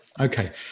Okay